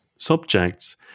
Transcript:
subjects